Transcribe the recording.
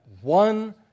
one